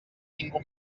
ningú